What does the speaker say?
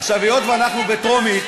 היות שאנחנו בטרומית,